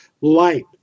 light